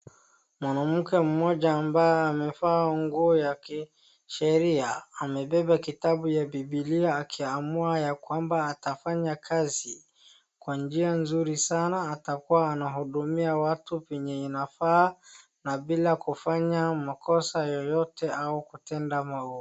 Mwanamke mmoja ambaye amevaa nguo ya kisheria .Amebeba kitabu ya Bibilia akiamua ya kwamba atafanya kazi kwa njia nzuri sana atakuwa anahudumia watu vile inafaa ,na bila kufanya makosa yoyote au kutenda maovu.